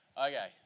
Okay